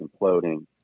imploding